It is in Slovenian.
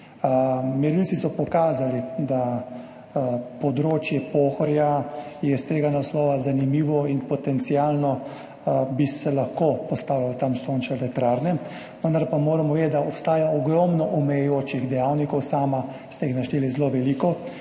Merilci so pokazali, da je področje Pohorja iz tega naslova zanimivo. Potencialno bi se lahko tam postavilo sončne elektrarne, vendar pa moramo vedeti, da obstaja ogromno omejujočih dejavnikov, sami ste jih našteli zelo veliko.